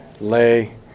lay